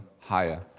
higher